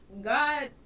God